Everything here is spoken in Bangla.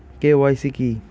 কে.ওয়াই.সি কী?